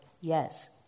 Yes